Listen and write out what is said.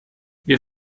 wir